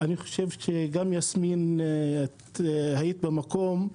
אני חושב שגם יסמין היית במקום,